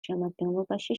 შემადგენლობაში